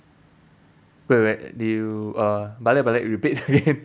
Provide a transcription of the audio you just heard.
wait wait you uh balik balik repeat again